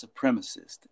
supremacist